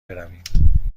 برویم